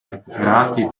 recuperati